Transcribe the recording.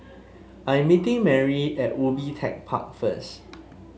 I'm meeting Merry at Ubi Tech Park first